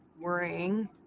worrying